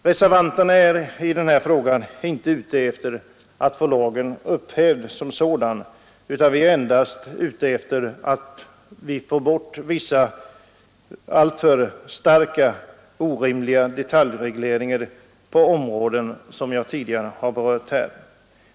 Reservanterna är inte ute efter att få lagen upphävd utan önskar endast få bort vissa alltför ingående och orimliga detaljregleringar på områden som jag tidigare berört.